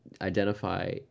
identify